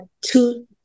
two